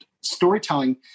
storytelling